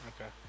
okay